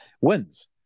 wins